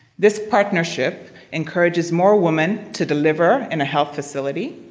this partnership encourages more women to deliver in a health facility,